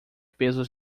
pesos